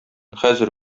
хәзер